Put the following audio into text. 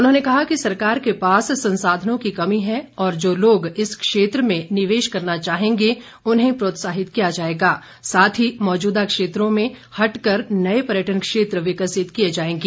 उन्होंने कहा कि सरकार के पास संसाधनों की कमी है और जो लोग इस क्षेत्र में निवेश करना चाहेंगे उन्हें प्रोत्साहित किया जाएगा साथ ही मौजूदा क्षेत्रों से हटकर नए पर्यटन क्षेत्र विकसित किए जाएंगे